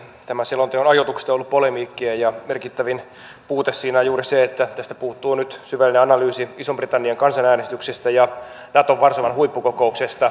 tämän selonteon ajoituksesta on ollut polemiikkia ja merkittävin puute siinä on juuri se että tästä puuttuu nyt syvällinen analyysi ison britannian kansanäänestyksestä ja naton varsovan huippukokouksesta